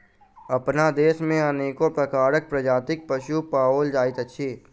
अपना देश मे अनेको प्रकारक प्रजातिक पशु पाओल जाइत अछि